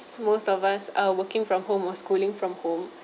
most of us are working from home or schooling from home